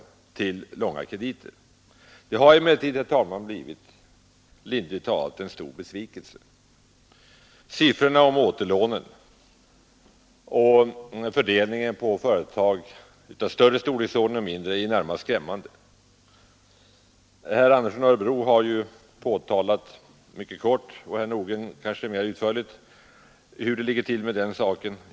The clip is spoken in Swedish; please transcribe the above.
Utvecklingen har emellertid, lindrigt talat, blivit en stor besvikelse. Siffrorna beträffande återlånen och fördelningen på större och mindre företag är närmast skrämmande. Herr Andersson i Örebro har kort berört och herr Nordgren kanske mera utförligt redogjort för hur det ligger till med den saken.